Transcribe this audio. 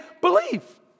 belief